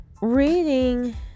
Reading